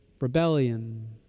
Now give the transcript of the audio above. rebellion